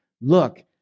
look